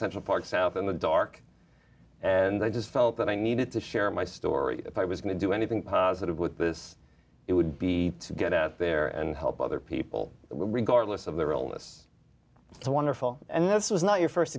central park south in the dark and i just felt that i needed to share my story if i was going to do anything positive with this it would be to get out there and help other people regardless of the realists so wonderful and this is not your